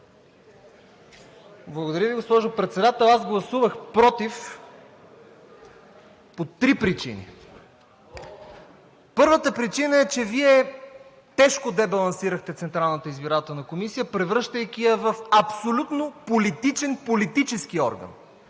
Благодаря Ви, госпожо Председател. Аз гласувах против по три причини. Първата причина е, че Вие тежко дебалансирахте Централната избирателна комисия, превръщайки я в абсолютно политичен политически орган